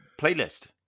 playlist